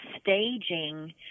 staging